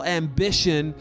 ambition